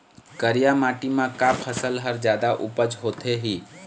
करिया माटी म का फसल हर जादा उपज होथे ही?